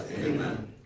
Amen